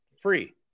free